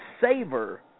savor